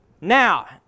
Now